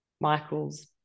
Michael's